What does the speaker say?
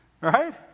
right